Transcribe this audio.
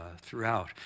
throughout